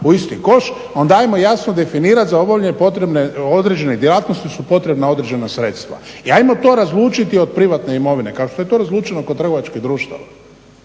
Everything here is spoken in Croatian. u isti koš onda ajmo jasno definirati za obavljanje određenih djelatnosti su potrebna određena sredstva i ajmo to razlučiti od privatne imovine kao što je to razlučeno kod trgovačkih društava